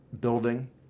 building